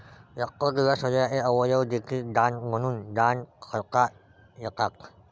रक्त किंवा शरीराचे अवयव देखील दान म्हणून दान करता येतात